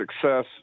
success